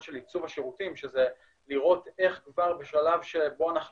של עיצוב השירותים שזה לראות איך כבר בשלב שבו אנחנו